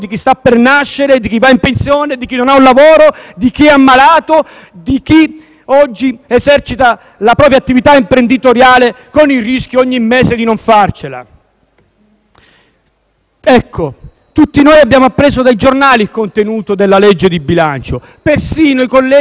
oggi esercita la propria attività imprenditoriale con il rischio ogni mese di non farcela. Ecco, tutti noi abbiamo appreso dai giornali il contenuto della legge di bilancio. Persino i colleghi della maggioranza hanno dovuto ammettere di non conoscere i provvedimenti che hanno votato.